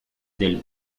del